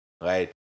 right